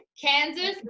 Kansas